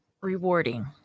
rewarding